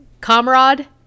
comrade